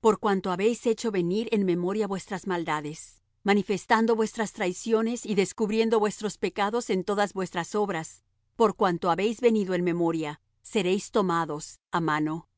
por cuanto habéis hecho venir en memoria vuestras maldades manifestando vuestras traiciones y descubriendo vuestros pecados en todas vuestras obras por cuanto habéis venido en memoria seréis tomados á mano